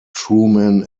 truman